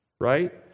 right